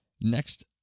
next